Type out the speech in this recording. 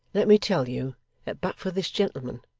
let me tell you that but for this gentleman,